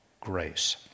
grace